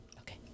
okay